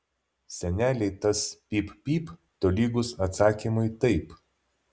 senelei tas pyp pyp tolygus atsakymui taip